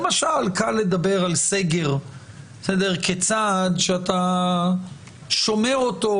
למשל: קל לדבר על סגר כצעד שאתה שומר אותו